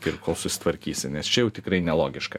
ir kol susitvarkysi nes čia jau tikrai nelogiška